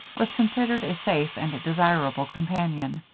was considered a safe and desirable companion.